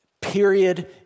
period